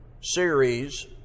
series